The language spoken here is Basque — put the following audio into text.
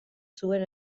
zuen